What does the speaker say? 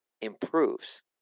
improves